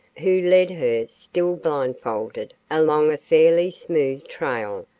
who led her, still blindfolded, along a fairly smooth trail,